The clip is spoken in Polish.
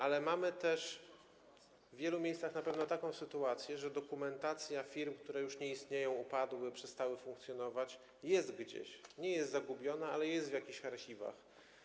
Ale mamy też w wielu miejscach na pewno taką sytuację, że dokumentacja firm, które już nie istnieją, upadły, przestały funkcjonować, gdzieś jest, nie jest zagubiona, jest w jakichś archiwach.